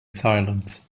silence